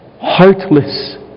heartless